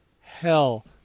hell